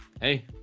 hey